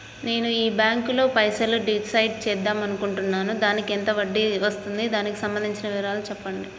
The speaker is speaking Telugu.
నేను ఈ బ్యాంకులో పైసలు డిసైడ్ చేద్దాం అనుకుంటున్నాను దానికి ఎంత వడ్డీ వస్తుంది దానికి సంబంధించిన వివరాలు చెప్పండి?